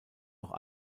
auch